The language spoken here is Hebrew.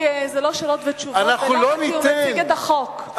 כי זה לא שאלות ותשובות כשהוא מציג את החוק.